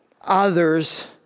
others